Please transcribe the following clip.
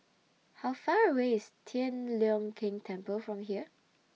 How Far away IS Tian Leong Keng Temple from here